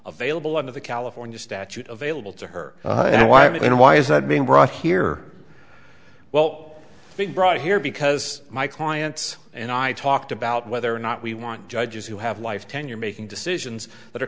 available under the california statute of able to her and why i mean why is that being brought here well being brought here because my clients and i talked about whether or not we want judges who have life tenure making decisions that are